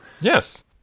Yes